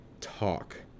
talk